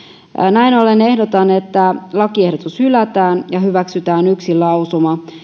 näin ollen ehdotan että lakiehdotus hylätään ja hyväksytään yksi lausuma